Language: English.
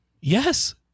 Yes